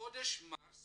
בחודש מרס